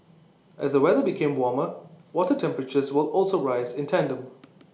as the weather became warmer water temperatures will also rise in tandem